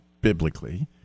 biblically